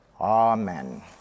Amen